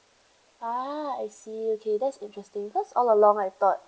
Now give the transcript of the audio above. ah I see okay that's interesting cause all along I thought